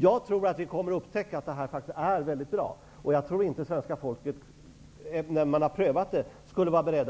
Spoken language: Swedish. Jag tror att vi kommer att upptäcka att det är bra, och jag tror inte att svenska folket skulle vara berett